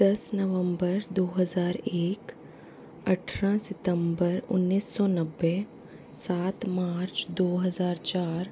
दस नवंबर दो हज़ार एक अट्ठारह सितंबर उन्नीस सौ नब्बे सात मार्च दो हज़ार चार